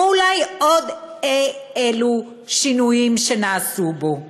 ואולי עוד אי-אלו שינויים שנעשו בו.